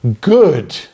good